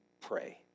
pray